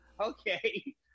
Okay